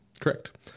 Correct